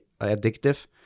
addictive